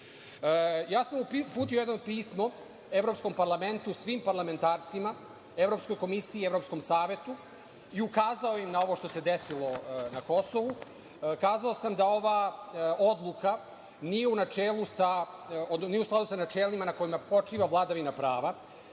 sam uputio jedno pismo Evropskom parlamentu, svim parlamentarcima, Evropskoj komisiji i Evropskom Savetu i ukazao im na ovo što se desilo na Kosovu. Kazao sam da ova odluka nije u skladu sa načelima na kojima počiva vladavina prava